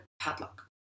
padlock